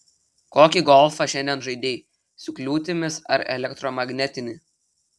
kokį golfą šiandien žaidei su kliūtimis ar elektromagnetinį